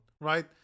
right